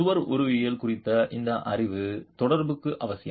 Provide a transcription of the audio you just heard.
சுவர் உருவவியல் குறித்த இந்த அறிவு தொடர்புக்கு அவசியம்